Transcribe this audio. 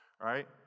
right